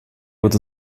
wird